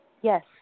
Yes